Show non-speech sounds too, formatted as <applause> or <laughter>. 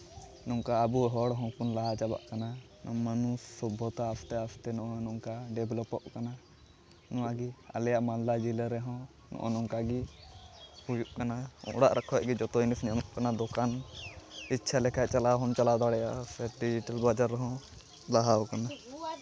ᱱᱚᱝᱠᱟ ᱟᱵᱚ ᱦᱚᱲ ᱦᱚᱸᱵᱚᱱ ᱞᱟᱦᱟ ᱪᱟᱵᱟᱜ ᱠᱟᱱᱟ ᱢᱟᱹᱱᱩᱥ ᱥᱚᱵᱵᱷᱚᱛᱟ ᱟᱥᱛᱮ ᱟᱥᱛᱮ ᱱᱚᱜᱼᱚᱭ ᱱᱚᱝᱠᱟ ᱰᱮᱵᱷᱮᱞᱚᱯ ᱚᱜ ᱠᱟᱱᱟ ᱱᱚᱣᱟᱜᱮ ᱟᱞᱮᱭᱟᱜ ᱢᱟᱞᱫᱟ ᱡᱮᱞᱟ ᱨᱮᱦᱚᱸ ᱱᱚᱜᱼᱚ ᱱᱚᱝᱠᱟᱜᱮ ᱦᱩᱭᱩᱜ ᱠᱟᱱᱟ ᱚᱲᱟᱜ ᱠᱷᱚᱱ ᱜᱮ ᱡᱚᱛᱚ ᱡᱤᱱᱤᱥ ᱧᱟᱢᱚᱜ ᱠᱟᱱᱟ ᱫᱳᱠᱟᱱ ᱤᱪᱪᱷᱟᱹ ᱞᱮᱠᱟ ᱪᱟᱞᱟᱣ ᱦᱚᱸᱢ ᱪᱟᱞᱟᱣ ᱫᱟᱲᱮᱭᱟᱜᱼᱟ ᱥᱮ <unintelligible> ᱵᱟᱡᱟᱨ ᱦᱚᱸ ᱞᱟᱦᱟᱣ ᱠᱟᱱᱟ